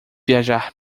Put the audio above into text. viajar